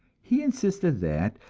he insisted that,